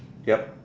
yup